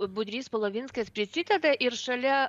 budrys polovinskas prisideda ir šalia